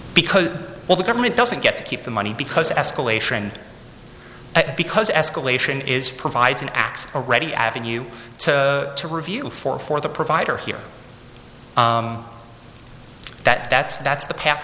because well the government doesn't get to keep the money because the escalation because escalation is provides an x already avin you to review for for the provider here that that's that's the path